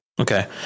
Okay